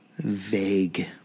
vague